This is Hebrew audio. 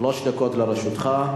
שלוש דקות לרשותך.